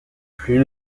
plus